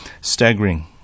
Staggering